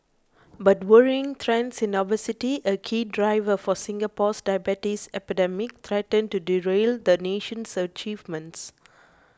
but worrying trends in obesity a key driver for Singapore's diabetes epidemic threaten to derail the nation's achievements